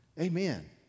Amen